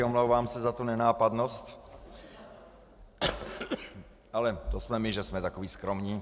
Omlouvám se za tu nenápadnost, ale to jsme my, že jsme takoví skromní.